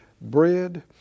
bread